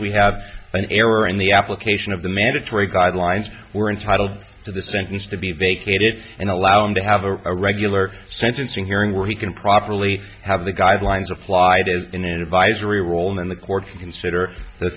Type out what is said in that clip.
we have an error in the application of the mandatory guidelines we're entitled to the sentence to be vacated and allow him to have a regular sentencing hearing where he can properly have the guidelines applied is in an advisory role in the court to consider the